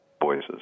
voices